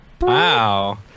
Wow